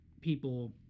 people